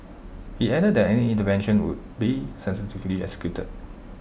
he added that any intervention will be sensitively executed